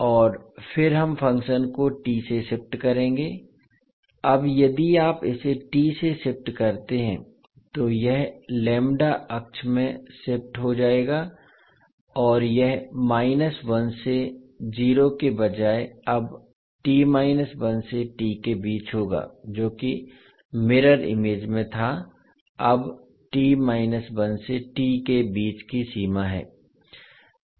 और फिर हम फ़ंक्शन को t से शिफ्ट करेंगे अब यदि आप इसे t से शिफ्ट करते हैं तो यह अक्ष में शिफ्ट हो जाएगा और यह 1 से 0 के बजाय अब t 1 से t के बीच होगा जो कि मिरर इमेज में था अब t 1 से t के बीच की सीमा है